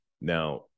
now